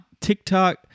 TikTok